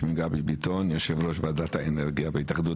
שמי גבי ביטון יושב ראש ועדת האנרגיה בהתאחדות